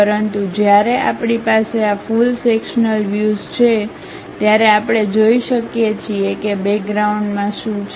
પરંતુ જ્યારે આપણી પાસે આ ફુલ સેક્શન્લ વ્યુઝ છે ત્યારે આપણે જોઈ શકીએ છીએ કે બેકગ્રાઉન્ડ માં શું છે